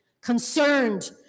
concerned